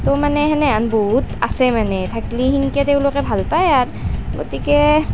তো মানে সেনেহেন বহুত আছে মানে থাকলি সিনকি তেওঁলোকে ভাল পায় আৰু গতিকে